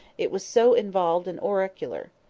it was so involved and oracular.